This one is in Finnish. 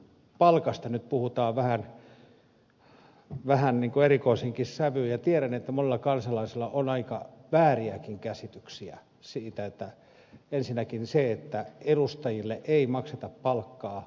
eduskunnan palkoista puhutaan vähän erikoiseenkin sävyyn ja tiedän että monella kansalaisella on aika vääriäkin käsityksiä ensinnäkin sikäli että edustajille ei makseta palkkaa